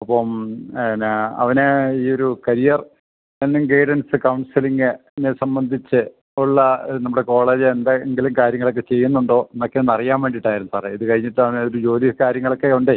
അപ്പം എന്നാ അവന് ഈ ഒരു കരിയർ എന്ന് ഗൈഡൻസ് കൗൺസിലിംഗിനെ സംബന്ധിച്ച് ഉള്ള നമ്മുടെ കോളേജിൽ എന്തെങ്കിലും കാര്യങ്ങൾ ഒക്കെ ചെയ്യുന്നുണ്ടോ എന്നൊക്കെ ഒന്നറിയാൻ വേണ്ടിയിട്ടായിരുന്നു സാറേ ഇത് കഴിഞ്ഞിട്ട് അവനൊരു ജോലി കാര്യങ്ങളൊക്കെ ഉണ്ടേൽ